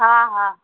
हा हा